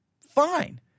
Fine